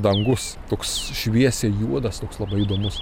dangus toks šviesiai juodas toks labai įdomus